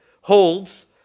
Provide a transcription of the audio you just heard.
holds